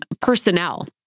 personnel